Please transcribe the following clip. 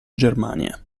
germania